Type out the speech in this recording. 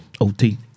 OT